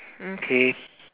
okay